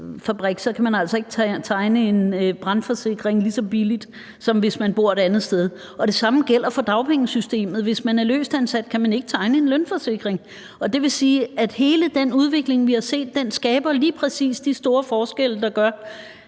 kan man altså ikke tegne en brandforsikring lige så billigt, som hvis man bor et andet sted. Det samme gælder for dagpengesystemet. Hvis man er løstansat, kan man ikke tegne en lønforsikring. Det vil sige, at hele den udvikling, vi har set, lige præcis skaber de store forskelle, der gør,